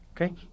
okay